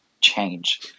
change